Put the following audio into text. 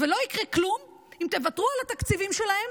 ולא יקרה כלום אם תוותרו על התקציבים שלהם